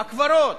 בקברות?